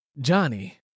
Johnny